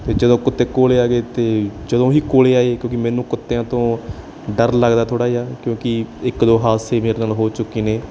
ਅਤੇ ਜਦੋਂ ਕੁੱਤੇ ਕੋਲ ਆਗੇ ਅਤੇ ਜਦੋਂ ਹੀ ਕੋਲ ਆਏ ਕਿਉਂਕਿ ਮੈਨੂੰ ਕੁੱਤਿਆਂ ਤੋਂ ਡਰ ਲੱਗਦਾ ਥੋੜ੍ਹਾ ਜਿਹਾ ਕਿਉਂਕਿ ਇੱਕ ਦੋ ਹਾਦਸੇ ਮੇਰੇ ਨਾਲ ਹੋ ਚੁੱਕੇ ਨੇ